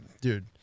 dude